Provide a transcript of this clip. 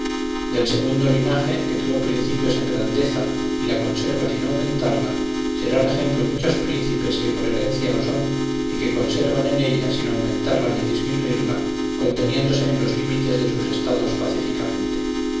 del segundo linaje que tuvo principio en grandeza y la conserva sin aumentarla serán ejemplo muchos príncipes que por herencia lo son y se conservan en ella sin aumentarla ni diminuirla conteniéndose en los límites de sus estados pacíficamente